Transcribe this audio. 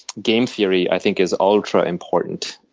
game theory i think is ultra important.